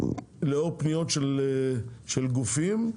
לאור פניות של גופים,